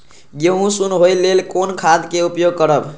गेहूँ सुन होय लेल कोन खाद के उपयोग करब?